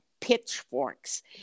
pitchforks